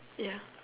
ya